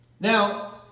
Now